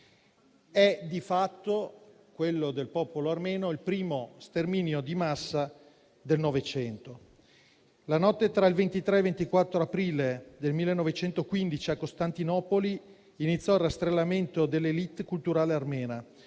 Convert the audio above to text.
È di fatto, quello del popolo armeno, il primo sterminio di massa del Novecento. La notte tra il 23 e il 24 aprile 1915 a Costantinopoli iniziarono il rastrellamento della *élite* culturale armena,